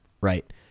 right